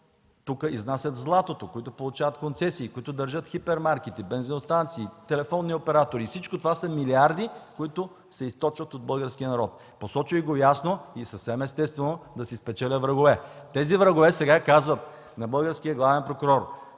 изнасят златото, получават концесии, държат хипермаркети, бензиностанции, телефонни оператори – всичко това са милиарди, които се източват от българския народ. Посочих го ясно и е съвсем естествено да си спечеля врагове. Тези врагове сега казват на българския главен прокурор: